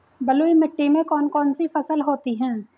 बलुई मिट्टी में कौन कौन सी फसल होती हैं?